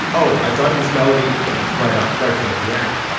oh, i thought of this melody, but it's right up right for the piano?